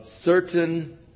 certain